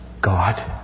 God